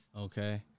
Okay